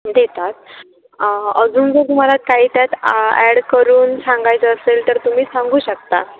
देतात अजून जर तुम्हाला काही त्यात ॲड करून सांगायचं असेल तर तुम्ही सांगू शकता